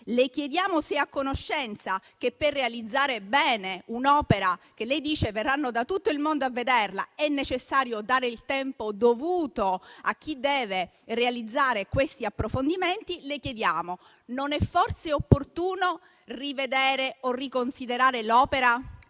Le chiediamo se è a conoscenza che, per realizzare bene un'opera, che lei dice verranno da tutto il mondo a vedere, è necessario dare il tempo dovuto a chi deve realizzare gli approfondimenti. Le chiediamo: non è forse opportuno rivedere o riconsiderare l'opera